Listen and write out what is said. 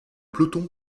peloton